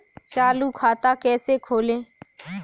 चालू खाता कैसे खोलें?